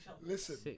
Listen